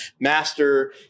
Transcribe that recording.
master